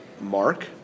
Mark